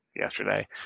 Yesterday